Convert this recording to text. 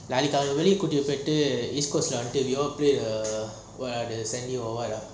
நாளைக்கி அவளை வெளிய கூட்டிட்டு போயிடு:naalaiki avala veliya kuttitu poitu east coast lah ஆடிட்டு:aaditu you all play the what ah the sandy or what ah